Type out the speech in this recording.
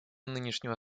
нынешнего